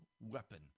weapon